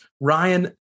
Ryan